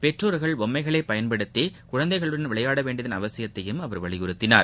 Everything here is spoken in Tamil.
பெற்றோர்கள் பொம்மைகளை பயன்படுத்தி குழந்தைகளுடன் விளையாட வேண்டியதன் அவசியத்தையும் அவர் வலியுறுத்தினார்